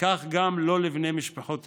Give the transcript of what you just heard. וכך גם לא בני משפחותיהם,